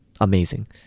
amazing